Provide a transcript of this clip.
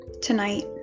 tonight